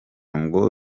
ngo